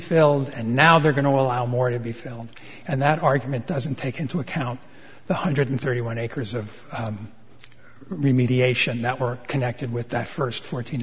filled and now they're going to allow more to be filled and that argument doesn't take into account the hundred thirty one acres of remediation that we're connected with that first fourteen